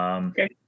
Okay